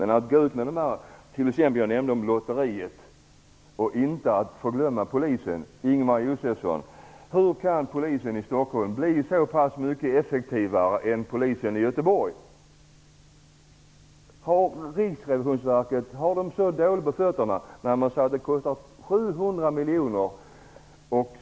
Jag nämnde lotteriet och, inte att förglömma, polisen. Hur kan polisen i Stockholm bli så pass mycket effektivare än polisen i Göteborg, Ingemar Josefsson? Har Riksrevisionsverket så dåligt på fötterna när man säger att polisen kostar 700 miljoner?